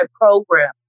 program